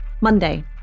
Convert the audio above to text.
Monday